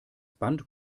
band